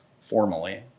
formally